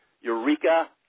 eureka